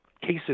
cases